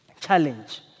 challenge